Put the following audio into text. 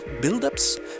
build-ups